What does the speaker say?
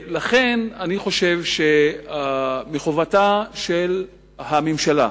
לכן אני חושב שמחובתה של הממשלה,